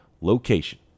location